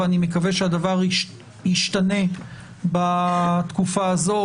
ואני מקווה שהדבר ישתנה בתקופה הזאת,